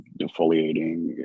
defoliating